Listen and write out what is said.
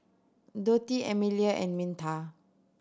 Dotty Emelia and Minta